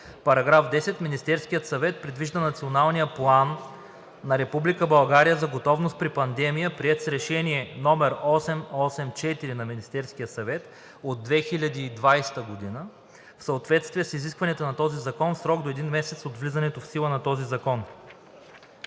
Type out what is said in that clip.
§ 10: „§ 10. Министерският съвет привежда Националния план на Република България за готовност при пандемия, приет с Решение № 884 на Министерския съвет от 2020 г., в съответствие с изискванията на този закон в срок до 1 месец от влизането в сила на този закон.“